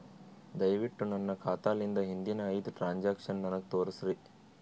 ದಯವಿಟ್ಟು ನನ್ನ ಖಾತಾಲಿಂದ ಹಿಂದಿನ ಐದ ಟ್ರಾಂಜಾಕ್ಷನ್ ನನಗ ತೋರಸ್ರಿ